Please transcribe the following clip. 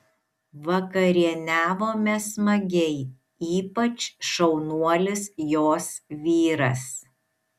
vakarieniavome smagiai ypač šaunuolis jos vyras